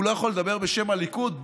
הוא לא יכול לדבר בשם הליכוד?